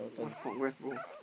what's congrats bro